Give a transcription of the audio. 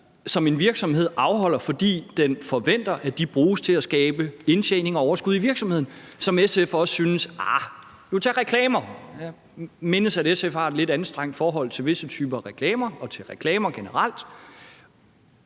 en virksomhed afholder, fordi den forventer, at de bruges til at skabe indtjening og overskud i virksomheden, som SF også synes det er urimeligt er fradragsberettigede? Vi kunne tage reklamer. Jeg mindes, at SF har et lidt anstrengt forhold til visse typer reklamer og til reklamer generelt.